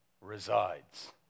resides